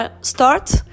start